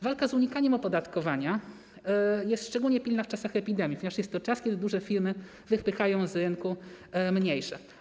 Walka z unikaniem opodatkowania jest szczególnie pilna w czasach epidemii, ponieważ jest to czas, kiedy duże firmy wypychają z rynku mniejsze.